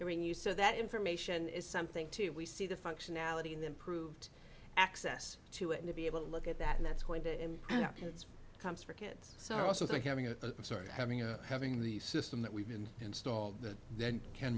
they're being used so that information is something to we see the functionality in the improved access to it and to be able to look at that and that's going to comes for kids so i also think having a sort of having a having the system that we've been installed that then can